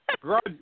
Grudge